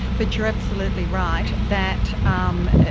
but you're absolutely right, that um